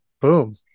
Boom